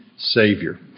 Savior